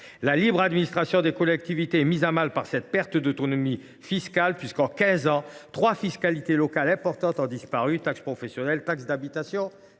La libre administration des collectivités est mise à mal par cette perte d’autonomie fiscale, puisque, en quinze ans, trois fiscalités locales ont disparu : la taxe professionnelle, la taxe d’habitation